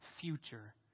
future